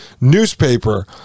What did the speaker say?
newspaper